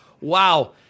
wow